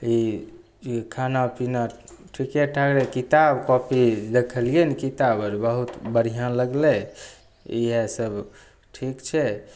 ई ई खानापीना ठिकेठाक रहै किताब कॉपी देखलिए ने किताब आरू बहुत बढ़िआँ लागलै इहएसब ठीक छै